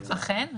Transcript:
אכן.